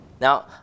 Now